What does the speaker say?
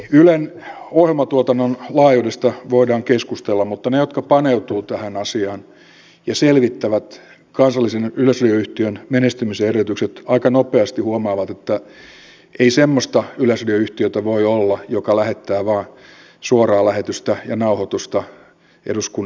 ylen ohjelmatuotannon laajuudesta voidaan keskustella mutta he jotka paneutuvat tähän asiaan ja selvittävät kansallisen yleisradioyhtiön menestymisen edellytykset aika nopeasti huomaavat että ei voi olla semmoista yleisradioyhtiötä joka lähettää vain suoraa lähetystä ja nauhoitusta eduskunnan istuntosaleista